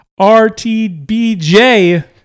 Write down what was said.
RTBJ